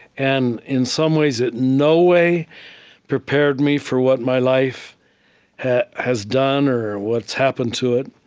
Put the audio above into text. and in some ways, it no way prepared me for what my life has has done or what's happened to it,